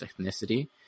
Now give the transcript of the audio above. ethnicity